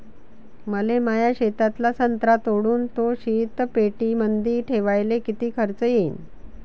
मले माया शेतातला संत्रा तोडून तो शीतपेटीमंदी ठेवायले किती खर्च येईन?